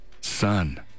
son